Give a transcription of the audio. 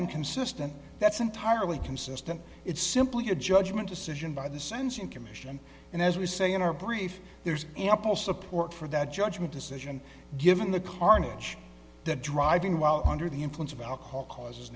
inconsistent that's entirely consistent it's simply a judgment decision by the sensing commission and as we say in our brief there's ample support for that judgment decision given the carnage that driving while under the influence of alcohol causes